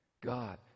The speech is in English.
God